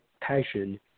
Passion